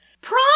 Prom